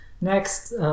Next